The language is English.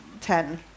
ten